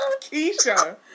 Keisha